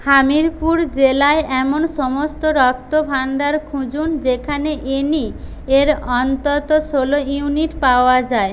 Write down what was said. হামিরপুর জেলায় এমন সমস্ত রক্তভাণ্ডার খুঁজুন যেখানে এনি এর অন্তত ষোলো ইউনিট পাওয়া যায়